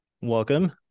Welcome